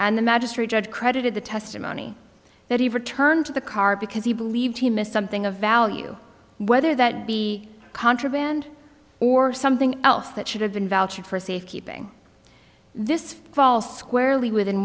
and the magistrate judge credited the testimony that he returned to the car because he believed he missed something of value whether that be contraband or something else that should have been vouched for safekeeping this fall squarely within